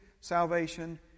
salvation